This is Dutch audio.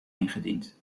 ingediend